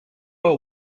are